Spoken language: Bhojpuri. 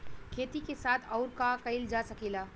खेती के साथ अउर का कइल जा सकेला?